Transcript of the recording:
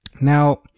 Now